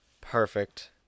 perfect